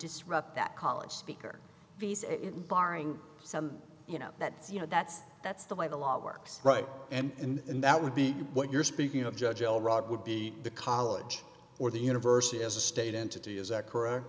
disrupt that college speaker barring some you know that's you know that's that's the way the law works right and that would be what you're speaking of judge all right would be the college or the universe is a state entity is that correct